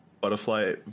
butterfly